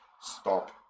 stop